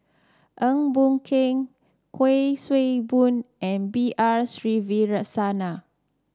Eng Boh Kee Kuik Swee Boon and B R Sreenivasan